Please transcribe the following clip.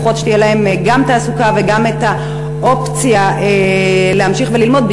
לפחות שתהיה להם גם תעסוקה וגם אופציה להמשיך ללמוד,